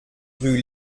rue